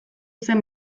zen